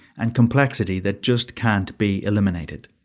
and complexity that just can't be eliminated.